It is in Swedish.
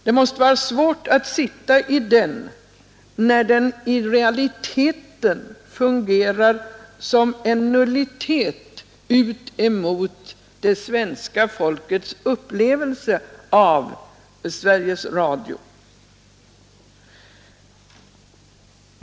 Det måste vara svårt att sitta i den, när den i realiteten fungerar som en nullitet ut emot det svenska folkets upplevelser av Sveriges Radio.